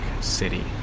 City